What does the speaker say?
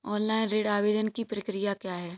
Online ऋण आवेदन की प्रक्रिया क्या है?